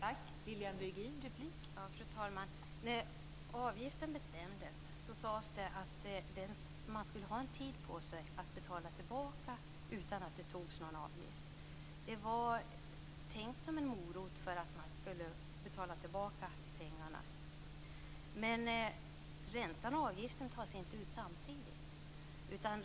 Fru talman! När man fattade beslut om avgiften sade man att det skulle finnas en tidsperiod att kunna göra en återbetalning utan att en avgift togs ut. Det var tänkt som en morot för att betala tillbaka pengarna. Räntan och avgiften tas inte ut samtidigt.